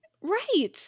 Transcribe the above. Right